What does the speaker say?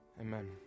Amen